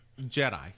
Jedi